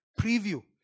preview